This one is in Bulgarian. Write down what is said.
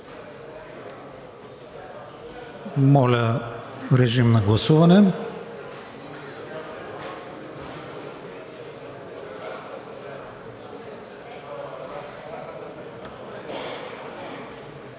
Моля, режим на гласуване.